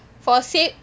for sa~